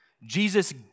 Jesus